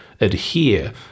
adhere